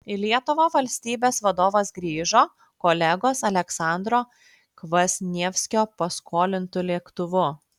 į lietuvą valstybės vadovas grįžo kolegos aleksandro kvasnievskio paskolintu lėktuvu